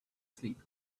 sleep